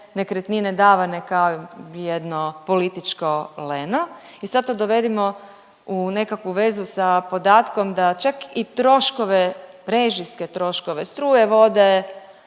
nekretnine davane kao jedno političko leno i sad to dovedimo u nekakvu vezu sa podatkom da čak i troškove, režijske troškove struje, vode,